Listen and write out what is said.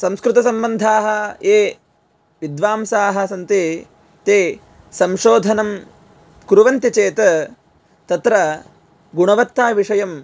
संस्कृत सम्बन्धाः ये विद्वांसः आसन् ते ते संशोधनं कुर्वन्ति चेत् तत्र गुणवत्ता विषयं